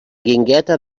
guingueta